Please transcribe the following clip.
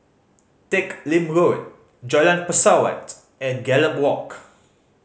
Teck Lim Road Jalan Pesawat and Gallop Walk